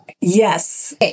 Yes